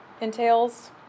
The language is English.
entails